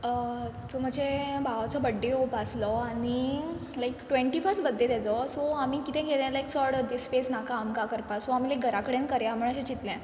so म्हाजे भावाचो birthday येवपा आसलो आनी लायक ट्वँटी फस्ट बड्डे तेजो सो आमी कितें केलें लायक चोड देसपेस नाका आमकां करपा सो आमी लायक घरा कडेन करया म्हण अशें चिंतलें